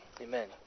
Amen